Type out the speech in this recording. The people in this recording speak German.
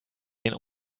den